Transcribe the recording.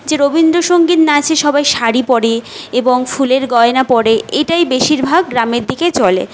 যে রবীন্দ্রসঙ্গীত নাচে সবাই শাড়ি পরে এবং ফুলের গয়না পরে এটাই বেশিরভাগ গ্রামের দিকে চলে